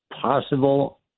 possible